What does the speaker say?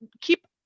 keep